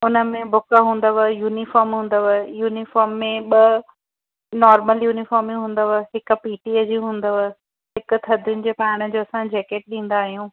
हुनमें बुक हूंदव युनिफॉम हूंदव युनिफॉम में ॿ नॉर्मल युनिफॉम ई हूंदव हिकु पीटीअ जी हूंदव हिकु थधियुनि जे पाइण जी असां जेकिट ॾींदा आहियूंं